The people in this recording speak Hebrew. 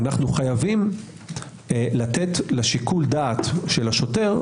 אנו חייבים לתת לשיקול הדעת של השוטר,